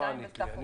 שתיים בסך הכול.